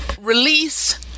Release